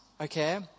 okay